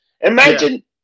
Imagine